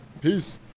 Peace